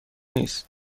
نیست